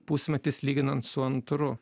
pusmetis lyginant su antru